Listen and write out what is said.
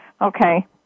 Okay